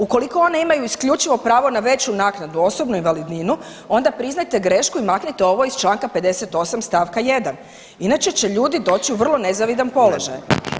Ukoliko one imaju isključivo pravo na veću naknadu, osobnu invalidninu onda priznajte grešku i maknite ovo ih Članka 58. stavka 1., inače će ljudi doći u vrlo nezavidan položaj.